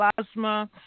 plasma